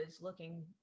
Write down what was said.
looking